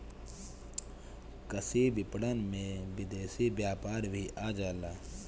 कृषि विपणन में विदेशी व्यापार भी आ जाला